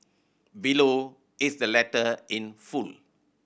below is the letter in full